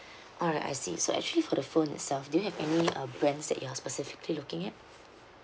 alright I see so actually for the phone itself do you have any uh brands that you're specifically looking at